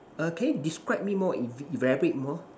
err can you describe me more eva~ elaborate more